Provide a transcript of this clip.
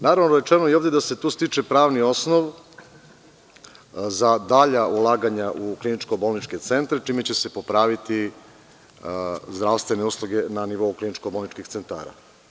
Naravno, rečeno je ovde da se tu stiče pravni osnov za dalja ulaganja u kliničko-bolničke centre, čime će se popraviti zdravstvene usluge na nivou kliničko-bolničkih centara.